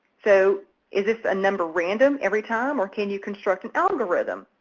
so is this number random every time or can you construct an algorithm?